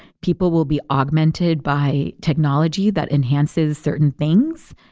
people will be augmented by technology that enhances certain things.